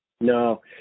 No